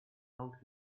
out